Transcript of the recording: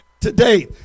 today